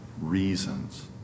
reasons